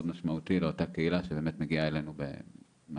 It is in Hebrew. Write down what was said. משמעותי לאותה קהילה שבאמת מגיעה אלינו במצבים